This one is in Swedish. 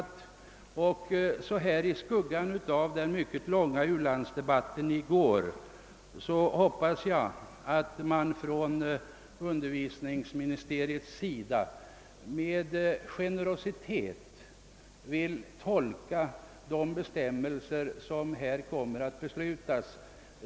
I skuggan av den mycket långa u-landsdebatten i går hoppas jag att utbildningsdepartementet generöst tolkar de bestämmelser som kommer att beslutas.